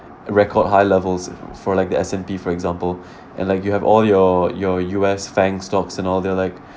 record high levels for like the S_M_P for example and like you have all your your U_S bank stocks and all they're like